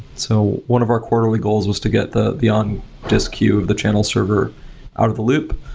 so one of our quarterly goals was to get the the on disk queue of the channel server out of the loop.